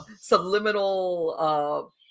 subliminal